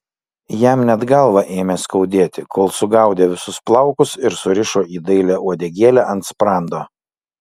jam net galvą ėmė skaudėti kol sugaudė visus plaukus ir surišo į dailią uodegėlę ant sprando